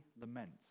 laments